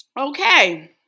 Okay